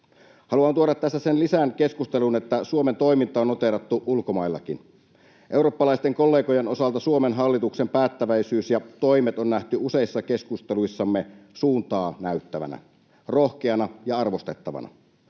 Haluan tuoda tässä sen lisän keskusteluun, että Suomen toiminta on noteerattu ulkomaillakin. Eurooppalaisten kollegojen osalta Suomen hallituksen päättäväisyys ja toimet on nähty useissa keskusteluissamme suuntaa näyttävänä, rohkeana ja arvostettavana.